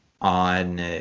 on